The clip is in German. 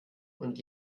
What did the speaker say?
und